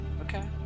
Okay